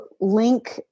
link